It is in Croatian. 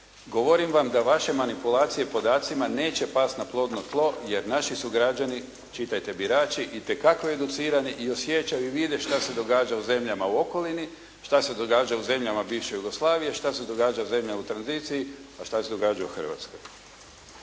Govorim vam da vaše manipulacije podacima neće pasti na plodno tlo, jer naši su građani, čitajte birači, itekako educirani i osjećaju i vide što se događa u zemljama u okolini, šta se događa u zemljama bivše Jugoslavije, šta se događa zemljama u tranziciji, a šta se događa u Hrvatskoj.